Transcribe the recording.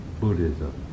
Buddhism